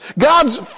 God's